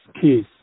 case